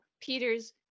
Peter's